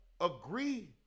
agree